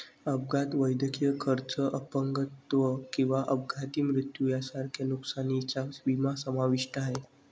अपघात, वैद्यकीय खर्च, अपंगत्व किंवा अपघाती मृत्यू यांसारख्या नुकसानीचा विमा समाविष्ट आहे